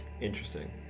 interesting